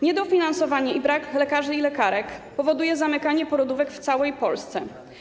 Niedofinansowanie szpitali i brak lekarzy i lekarek powodują zamykanie porodówek w całej Polsce.